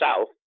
south